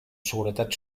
seguretat